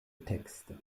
texte